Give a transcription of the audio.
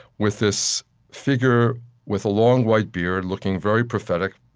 with this figure with a long white beard, looking very prophetic,